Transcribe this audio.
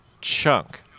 chunk